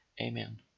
Amen